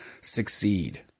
succeed